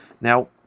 Now